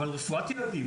אבל רפואת ילדים,